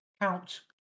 Count